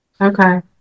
Okay